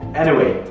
anyway,